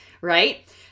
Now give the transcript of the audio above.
right